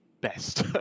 best